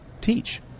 teach